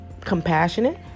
compassionate